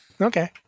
Okay